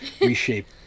reshape